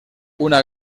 una